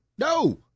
No